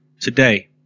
today